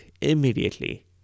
immediately